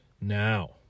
Now